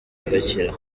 igakira